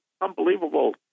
unbelievable